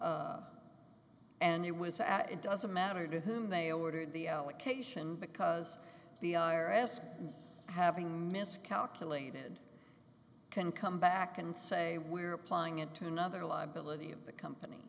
then and it was at it doesn't matter to whom they ordered the allocation because the i r s having miscalculated can come back and say we're applying it to another liability of the company